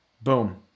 boom